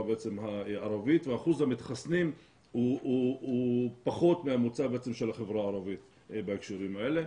הערבית ואחוז המתחסנים הוא פחות מהממוצע של החברה הערבית בהקשרים האלה.